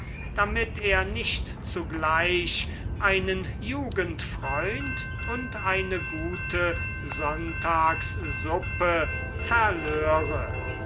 damit er nicht zugleich einen jugendfreund und eine gute sonntagssuppe verlöre